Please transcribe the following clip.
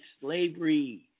slavery